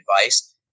advice